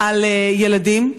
על ילדים: